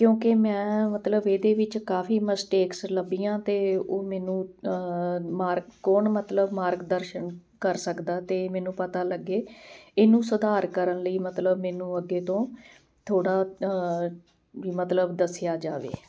ਕਿਉਂਕਿ ਮੈਂ ਮਤਲਬ ਇਹਦੇ ਵਿੱਚ ਕਾਫੀ ਮਿਸਟੇਕਸ ਲੱਭੀਆਂ ਅਤੇ ਉਹ ਮੈਨੂੰ ਮਾਰਕ ਕੌਣ ਮਤਲਬ ਮਾਰਗ ਦਰਸ਼ਨ ਕਰ ਸਕਦਾ ਅਤੇ ਮੈਨੂੰ ਪਤਾ ਲੱਗੇ ਇਹਨੂੰ ਸੁਧਾਰ ਕਰਨ ਲਈ ਮਤਲਬ ਮੈਨੂੰ ਅੱਗੇ ਤੋਂ ਥੋੜ੍ਹਾ ਵੀ ਮਤਲਬ ਦੱਸਿਆ ਜਾਵੇ